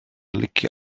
licio